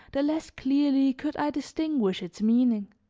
the less clearly could i distinguish its meaning.